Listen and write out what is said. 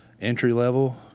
entry-level